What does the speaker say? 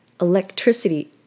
Electricity